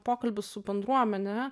pokalbis su bendruomene